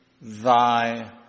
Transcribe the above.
thy